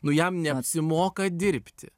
nu jam neapsimoka dirbti